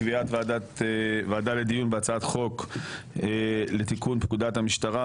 קביעת ועדה לדיון בהצעת חוק לתיקון פקודת המשטרה,